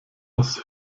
aus